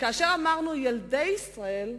כאשר אמרנו ילדי ישראל,